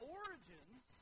origins